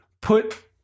put